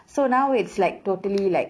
so now it's like totally like